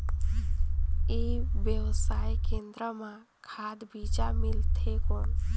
ई व्यवसाय केंद्र मां खाद बीजा मिलथे कौन?